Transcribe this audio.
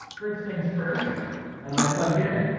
first things first am i plugged in?